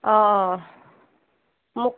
অ মোক